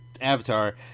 Avatar